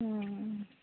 हूँ